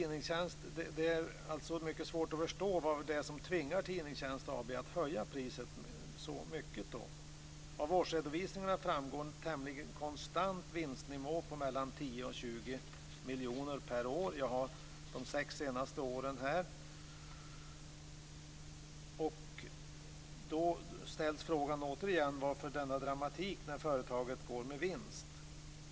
Det är mycket svårt att förstå vad det är som tvingar Tidningstjänst AB att höja priset så mycket. Av årsredovisningarna framgår en tämligen konstant vinstnivå på 10-20 miljoner kronor per år. Jag har siffror för de sex senaste åren här. Varför denna dramatik när företaget går med vinst?